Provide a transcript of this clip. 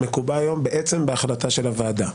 מקובע היום בהחלטה של הוועדה.